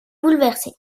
bouleversé